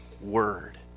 Word